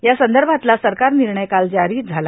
या संदर्भातला सरकार निर्णय काल जारी झाला